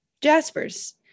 jaspers